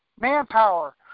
manpower